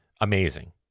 amazing